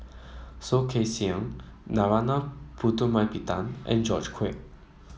Soh Kay Siang Narana Putumaippittan and George Quek